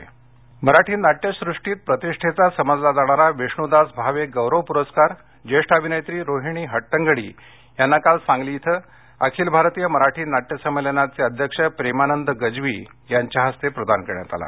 रोहिणी हट्टंगडी प्रस्कार मराठी नाट्यसृष्टीत प्रतिष्ठेचा समजला जाणारा विष्णुदास भावे गौरव पुरस्कार ज्येष्ठ अभिनेत्री रोहिणी हट्टगडी यांना काल सांगली इथं अखिल भारतीय मराठी नाट्य संमेलनाचे अध्यक्ष प्रेमानंद गज्वी यांच्या हस्ते प्रदान करण्यात आला